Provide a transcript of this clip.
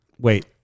Wait